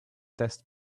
test